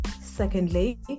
Secondly